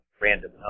random